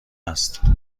است